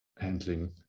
handling